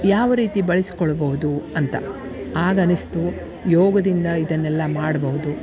ಯಾವ ರೀತಿ ಬಳಸ್ಕೊಳ್ಬೌದು ಅಂತ ಆಗ ಅನಿಸಿತು ಯೋಗದಿಂದ ಇದನ್ನೆಲ್ಲ ಮಾಡಬಹುದು